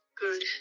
good